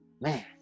Man